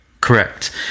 Correct